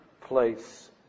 place